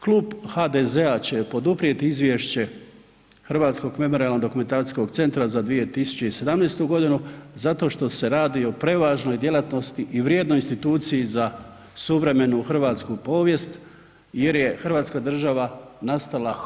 Klub HDZ-a će poduprijeti izvješće Hrvatskog memorijalnog dokumentacijskog centra za 2017. g. zato što se radi o prevažnoj djelatnosti i o vrijednost instituciji za suvremenu hrvatsku povijest jer je hrvatska država nastala